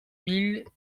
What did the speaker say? mille